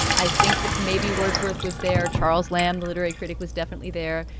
i think that maybe wordsworth was there. charles lamb, the literary critic, was definitely there.